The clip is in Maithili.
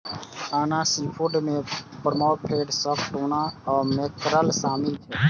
आन सीफूड मे पॉमफ्रेट, शार्क, टूना आ मैकेरल शामिल छै